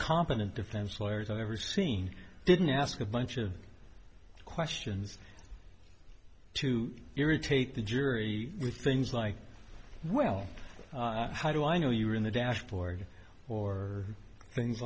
competent defense lawyers i've ever seen didn't ask a bunch of questions to irritate the jury with things like well how do i know you were in the dashboard or things